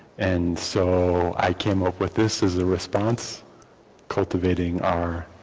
and so i came up with this is the response cultivating our